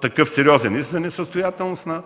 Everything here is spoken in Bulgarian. такъв сериозен иск за несъстоятелност на